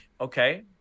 okay